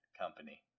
company